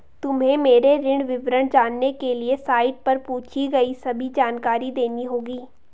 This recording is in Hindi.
तुम्हें मेरे ऋण विवरण जानने के लिए साइट पर पूछी गई सभी जानकारी देनी होगी